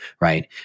Right